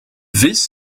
vis